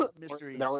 mysteries